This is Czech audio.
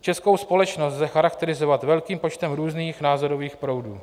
Českou společnost lze charakterizovat velkým počtem různých názorových proudů.